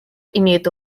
имеет